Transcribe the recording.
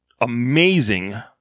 amazing